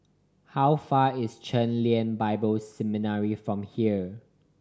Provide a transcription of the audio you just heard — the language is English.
how far is Chen Lien Bible Seminary from here